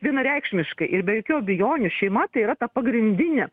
vienareikšmiškai ir be jokių abejonių šeima tai yra ta pagrindinė